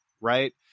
right